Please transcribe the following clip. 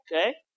Okay